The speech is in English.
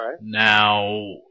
now